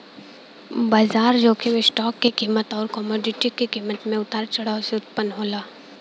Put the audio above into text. बाजार जोखिम स्टॉक क कीमत आउर कमोडिटी क कीमत में उतार चढ़ाव से उत्पन्न होला